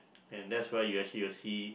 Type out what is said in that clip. and that's where you actually will see